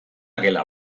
gela